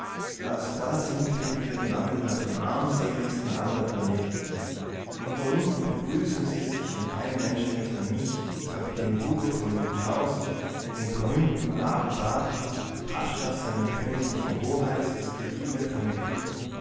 also da sind wir wieder gelandet auf dem armseligsten aller planeten und da unten begrüßen sie sich und kein mensch denkt an mich kapitän hugo von münchhausen den berühmten abu baten pascha seiner königlichen hoheit des khedive von ägypten